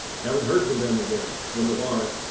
haven't heard from them again. wonder why.